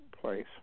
place